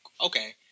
okay